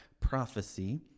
prophecy